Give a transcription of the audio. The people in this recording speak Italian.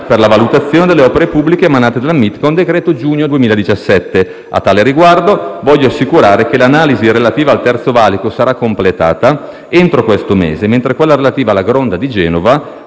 per la valutazione delle opere pubbliche emanate dal MIT con decreto del giugno 2017. A tale riguardo, voglio assicurare che l'analisi relativa al Terzo valico sarà completata entro questo mese, mentre quella relativa alla Gronda di Genova,